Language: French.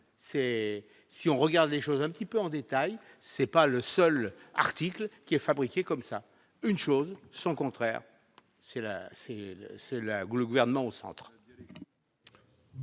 si on regarde les choses un petit peu en détail, c'est pas le seul article qui est fabriqué comme ça une chose et son contraire : c'est là, c'est là où le gouvernement au Centre.